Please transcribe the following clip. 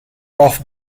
off